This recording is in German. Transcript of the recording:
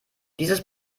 dieses